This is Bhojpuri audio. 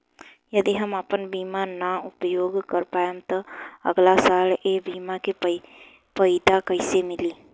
यदि हम आपन बीमा ना उपयोग कर पाएम त अगलासाल ए बीमा के फाइदा कइसे मिली?